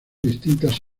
distintas